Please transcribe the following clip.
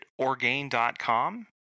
Orgain.com